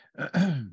okay